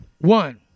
One